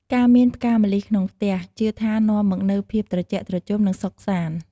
ការមានផ្កាម្លិះក្នុងផ្ទះ ជឿថានាំមកនូវភាពត្រជាក់ត្រជុំ និងសុខសាន្ត។